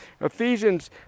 Ephesians